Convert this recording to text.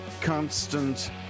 constant